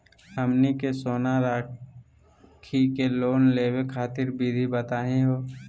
हमनी के सोना रखी के लोन लेवे खातीर विधि बताही हो?